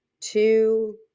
two